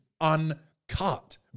uncut